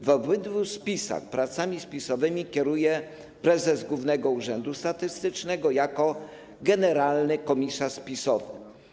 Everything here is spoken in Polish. W obydwu spisach pracami spisowymi kieruje prezes Głównego Urzędu Statystycznego jako generalny komisarz spisowy.